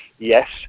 Yes